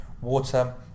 water